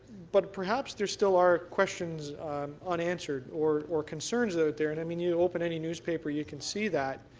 but perhaps there still are questions unanswered or or concerns out there. and i mean you open any newspaper you can see that.